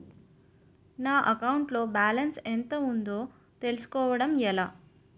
నా అకౌంట్ లో బాలన్స్ ఎంత ఉందో తెలుసుకోవటం ఎలా?